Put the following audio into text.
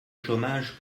chômage